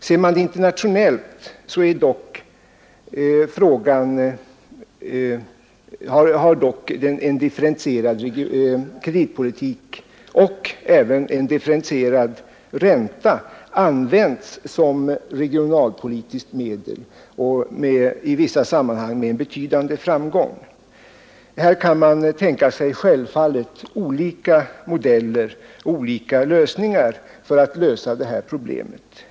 Ser man det internationellt finner man dock att en differentierad kreditpolitik och även en differentierad ränta har använts som regionalpolitiskt medel, i vissa sammanhang med en betydande framgång. Här kan man självfallet tänka sig olika modeller för att lösa problemet.